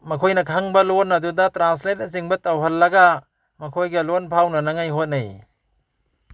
ꯃꯈꯣꯏꯅ ꯈꯪꯕ ꯂꯣꯟ ꯑꯗꯨꯗ ꯇ꯭ꯔꯥꯟꯁꯂꯦꯠꯅꯆꯤꯡꯕ ꯇꯧꯍꯜꯂꯒ ꯃꯈꯣꯏꯒ ꯂꯣꯟ ꯐꯥꯎꯅꯅꯉꯥꯏ ꯍꯣꯠꯅꯩ